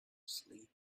sleep